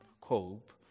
cope